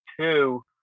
two